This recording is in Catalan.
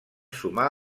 sumar